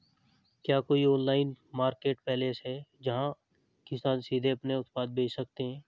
क्या कोई online marketplace है जहां किसान सीधे अपने उत्पाद बेच सकते हैं?